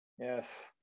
Yes